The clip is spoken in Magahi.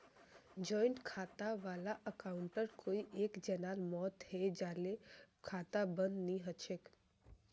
जॉइंट खाता वाला अकाउंटत कोई एक जनार मौत हैं जाले खाता बंद नी हछेक